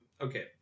okay